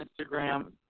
Instagram